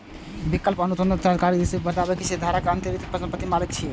विकल्प अनुबंध मे दीर्घकालिक स्थिति बतबै छै, जे धारक अंतर्निहित परिसंपत्ति के मालिक छियै